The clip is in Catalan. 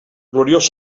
gloriós